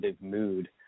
mood